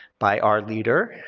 by our leader,